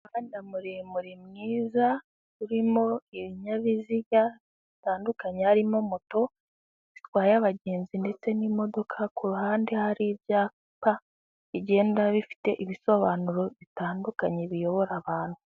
Umuhanda muremure mwiza urimo ibinyabiziga bitandukanye, harimo moto zitwara abagenzi ndetse n'imodoka kuruhande hari ibyapa igenda bifite ibisobanuro bitandukanye biyobora abantu.